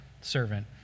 servant